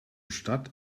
stadt